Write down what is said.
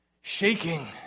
shaking